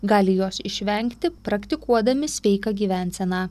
gali jos išvengti praktikuodami sveiką gyvenseną